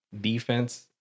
Defense